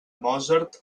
mozart